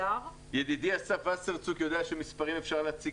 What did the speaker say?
ידידי אסף וסרצוג יודע שמספרים אפשר להציג